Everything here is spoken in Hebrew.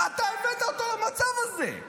אתה הבאת אותו למצב הזה.